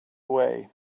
away